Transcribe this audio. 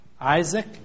Isaac